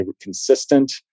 consistent